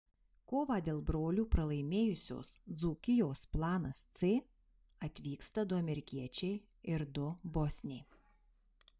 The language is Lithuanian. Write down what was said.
kovą dėl brolių pralaimėjusios dzūkijos planas c atvyksta du amerikiečiai ir du bosniai